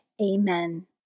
Amen